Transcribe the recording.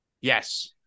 Yes